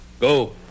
Go